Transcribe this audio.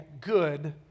good